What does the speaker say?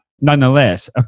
nonetheless